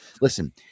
Listen